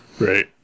right